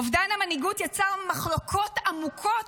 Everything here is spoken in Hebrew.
אובדן המנהיגות יצר מחלוקות עמוקות